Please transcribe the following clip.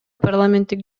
парламенттик